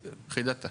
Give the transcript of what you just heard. חידדת.